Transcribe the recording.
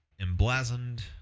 emblazoned